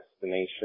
destination